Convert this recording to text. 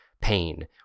pain